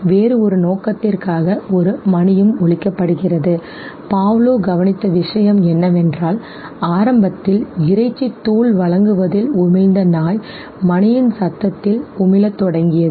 வேறு ஒரு நோக்கத்திற்காக ஒரு மணியும் ஒலிக்கப்படுகிறது Pavlov கவனித்த விஷயம் என்னவென்றால் ஆரம்பத்தில் இறைச்சி தூள் வழங்குவதில் உமிழ்ந்த நாய் மணியின் சத்தத்தில் உமிழ தொடங்கியது